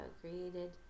created